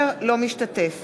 משתתף